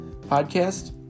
podcast